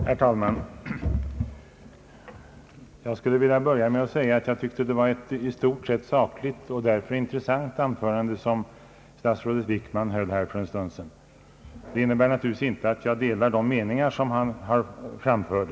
Herr talman! Jag vill börja med att säga att det var ett i stort sett sakligt och därför intressant anförande som statsrådet Wickman höll för en stund sedan. Det innebär naturligtvis inte att jag delar de meningar han framförde.